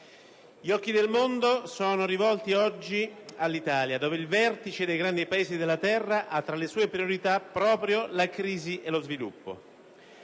gli occhi del mondo sono rivolti oggi all'Italia dove si svolge il Vertice dei grandi Paesi della terra che, tra le sue priorità, ha proprio la crisi e lo sviluppo.